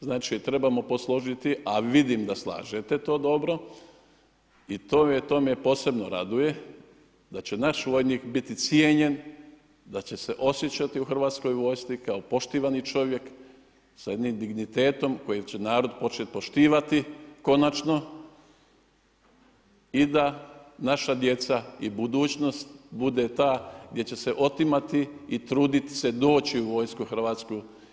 Znači trebamo posložiti, a vidim da slažete to dobro i to me posebno raduje da će naš vojnik biti cijenjen, da će se osjećati u Hrvatskoj vojsci kao poštivani čovjek sa jednim dignitetom koje će narod počet poštivati konačno i da naša djeca i budućnost bude ta gdje će se otimati i trudit se doći u vojsku hrvatsku.